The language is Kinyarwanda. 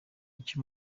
iki